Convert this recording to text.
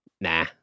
Nah